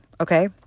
okay